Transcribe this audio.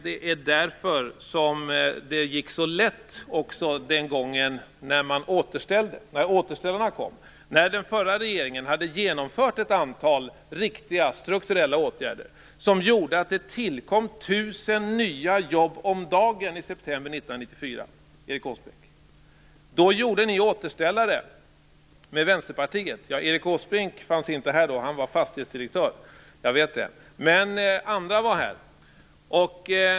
Det är därför som det gick så lätt den gången återställarna kom. Där den förra regeringen hade genomfört ett antal riktiga strukturella åtgärder, som gjorde att det tillkom 1 000 nya jobb om dagen i september 1994, Erik Åsbrink, genomförde ni återställare med Vänsterpartiet. Erik Åsbrink fanns inte här då, han var fastighetsdirektör, men andra var här.